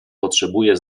potrzebuje